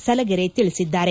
ಸಲಗೆರೆ ತಿಳಿಸಿದ್ದಾರೆ